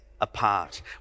apart